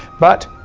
but,